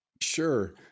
sure